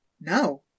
No